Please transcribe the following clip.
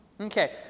Okay